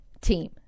team